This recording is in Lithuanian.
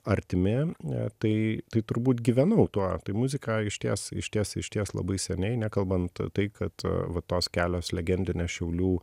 artimi tai tai turbūt gyvenau tuo tai muzika išties išties išties labai seniai nekalbant tai kad va tos kelios legendinės šiaulių